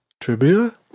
Trivia